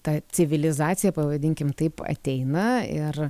ta civilizacija pavadinkim taip ateina ir